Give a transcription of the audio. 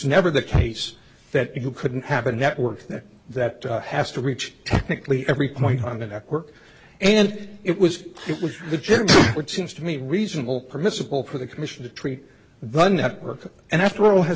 never the case that you couldn't happen network that that has to reach technically every point on the network and it was it was the gym which seems to me reasonable permissible for the commission to treat the network and after all has